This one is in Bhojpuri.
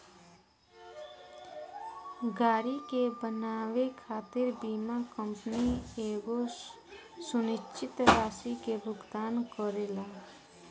गाड़ी के बनावे खातिर बीमा कंपनी एगो सुनिश्चित राशि के भुगतान करेला